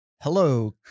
Hello